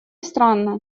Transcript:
странно